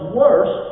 worse